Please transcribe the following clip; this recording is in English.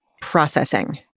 processing